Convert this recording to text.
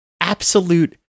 absolute